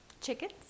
Chickens